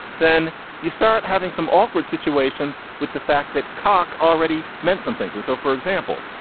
then you start having some awkward situations with the fact that cock already meant some things and so for example,